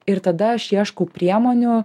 ir tada aš ieškau priemonių